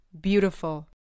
Beautiful